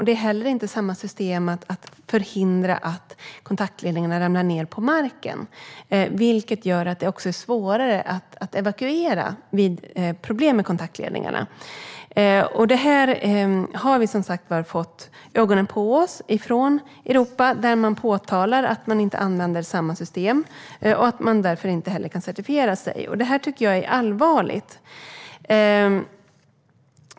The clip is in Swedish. Det är heller inte samma system för att förhindra att kontaktledningarna ramlar ned på marken, vilket gör det svårare att evakuera vid problem med kontaktledningarna. Här har vi fått ögonen på oss från Europa. Vi använder inte samma system, och därför kan det heller inte ske någon certifiering. Det här tycker jag är allvarligt.